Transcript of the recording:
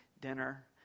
dinner